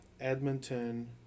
Edmonton